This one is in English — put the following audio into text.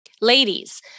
ladies